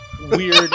weird